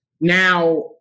now